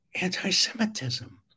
anti-Semitism